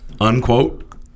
unquote